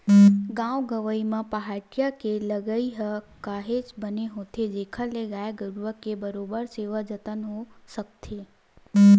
गाँव गंवई म पहाटिया के लगई ह काहेच बने होथे जेखर ले गाय गरुवा के बरोबर सेवा जतन हो सकथे